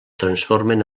transformen